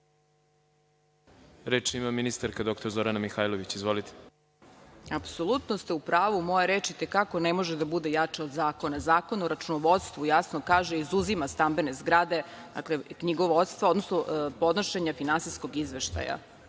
Reč ima ministar dr Zorana Mihajlović. Izvolite. **Zorana Mihajlović** Apsolutno ste u pravu. Moja reč i te kako ne može da bude jača od zakona. Zakon o računovodstvu jasno kaže da izuzima stambene zgrade od knjigovodstva, odnosno podnošenja finansijskog izveštaja.